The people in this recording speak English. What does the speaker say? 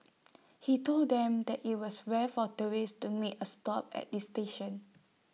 he told them that IT was rare for tourists to make A stop at this station